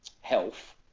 health